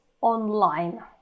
online